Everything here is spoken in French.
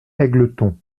égletons